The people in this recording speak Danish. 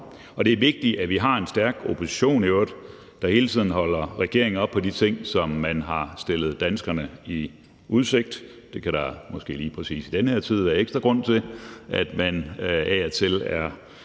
i øvrigt vigtigt, at vi har en stærk opposition, der hele tiden holder regeringen op på de ting, som man har stillet danskerne i udsigt. Det kan der måske lige præcis i den her tid være ekstra grund til, altså at man af og til er